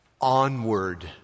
Onward